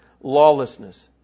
Lawlessness